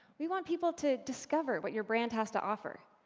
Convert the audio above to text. we want people to discover what your brand has to offer,